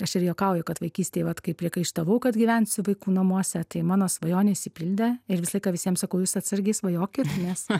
aš ir juokauju kad vaikystėj vat kai priekaištavau kad gyvensiu vaikų namuose tai mano svajonė išsipildė ir visą laiką visiem sakau jūs atsargiai svajokit nes